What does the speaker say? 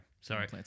sorry